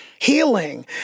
healing